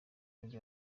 nibwo